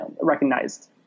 recognized